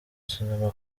cinema